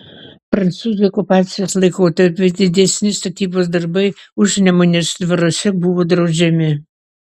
prancūzų okupacijos laikotarpiu didesni statybos darbai užnemunės dvaruose buvo draudžiami